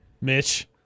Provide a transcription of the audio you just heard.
Mitch